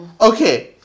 okay